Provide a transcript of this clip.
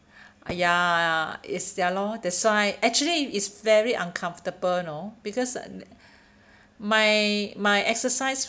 ya it's ya lor that's why actually it's very uncomfortable you know because my my exercise